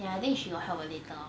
ya I think she got help a little lor